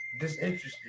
disinterested